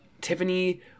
Tiffany